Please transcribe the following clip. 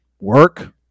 Work